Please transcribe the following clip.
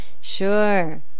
Sure